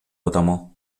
ποταμό